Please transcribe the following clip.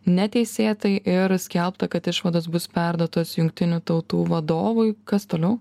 neteisėtai ir skelbta kad išvados bus perduotos jungtinių tautų vadovui kas toliau